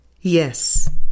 yes